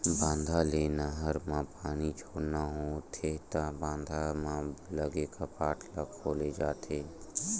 बांधा ले नहर म पानी छोड़ना होथे त बांधा म लगे कपाट ल खोले जाथे